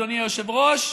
אדוני היושב-ראש,